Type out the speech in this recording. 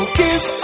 give